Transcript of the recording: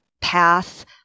path